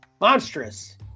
Monstrous